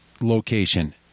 location